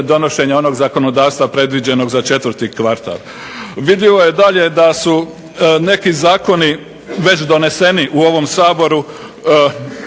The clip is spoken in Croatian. donošenja onog zakonodavstva predviđenog za 4. kvartal. Vidljivo je dalje da su neki zakoni već doneseni u ovom Saboru